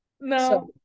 no